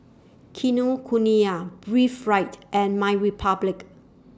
Kinokuniya Breathe Right and MyRepublic